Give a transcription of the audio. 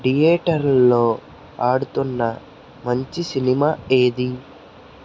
థియేటర్లలో ఆడుతున్న మంచి సినిమా ఏది